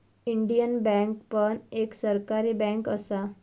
Indian bank पण एक सरकारी बँक असा